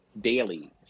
daily